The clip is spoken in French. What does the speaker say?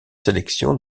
sélections